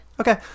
Okay